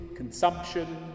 Consumption